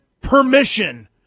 permission